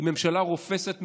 עם ממשלה רופסת,